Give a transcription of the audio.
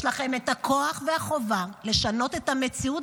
יש לכם את הכוח והחובה לשנות את המציאות